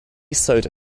soda